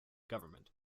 government